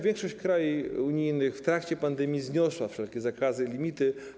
Większość krajów unijnych w trakcie pandemii zniosła wszelkie zakazy, limity.